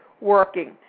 working